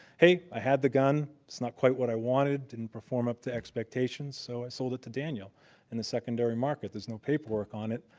hey, i had the gun. it's not quite what i wanted, didn't perform up to expectations. so i sold it to daniel in the secondary market. there's no paperwork on it.